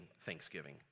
thanksgiving